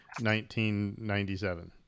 1997